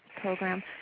program